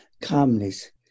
calmness